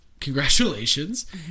Congratulations